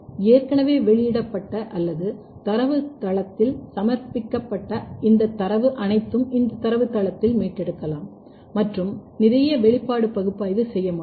ஏற்கனவே வெளியிடப்பட்ட அல்லது தரவுத்தளத்தில் சமர்ப்பிக்கப்பட்ட இந்த தரவு அனைத்தும் இந்த தரவுத்தளத்தை மீட்டெடுக்கலாம் மற்றும் நிறைய வெளிப்பாடு பகுப்பாய்வு செய்ய முடியும்